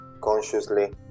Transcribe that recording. consciously